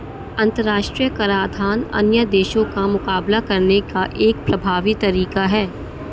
अंतर्राष्ट्रीय कराधान अन्य देशों का मुकाबला करने का एक प्रभावी तरीका है